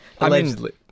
allegedly